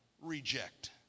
reject